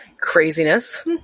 Craziness